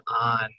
on